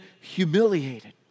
humiliated